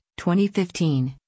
2015